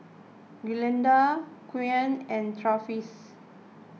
Glinda Keon and Travis